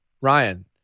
Ryan